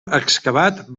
excavat